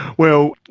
well,